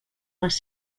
les